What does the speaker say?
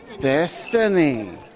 Destiny